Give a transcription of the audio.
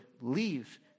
leave